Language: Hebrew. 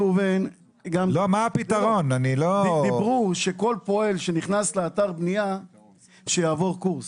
אמרו שכל פועל שנכנס לאתר בנייה יעבור קורס.